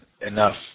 enough